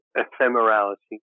ephemerality